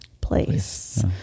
place